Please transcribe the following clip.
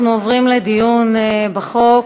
אנחנו עוברים לדיון בחוק.